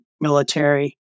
military